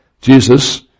Jesus